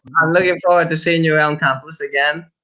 i'm looking forward to seeing you around campus again.